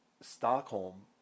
Stockholm